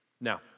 Now